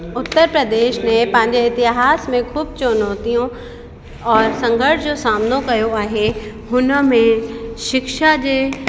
उत्तर प्रदेश में पंहिंजे इतिहास में ख़ूब चुनौतियूं और संघर्ष जो सामनो करिणो आहे हुन में शिक्षा जे